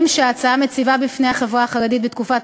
מההכרה באתגרים שההצעה מציבה בפני החברה החרדית בתקופת